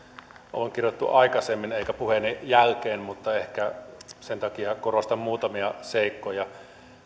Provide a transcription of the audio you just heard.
on kirjoitettu aikaisemmin eikä puheeni jälkeen mutta ehkä sen takia korostan muutamia seikkoja